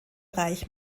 reich